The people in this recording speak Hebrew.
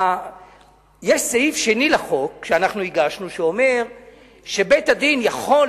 יש סעיף שני לחוק שהגשנו שאומר שבית-הדין יכול,